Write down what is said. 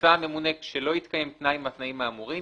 "מצא הממונה כשלא התקיים תנאי מהתנאים האמורים,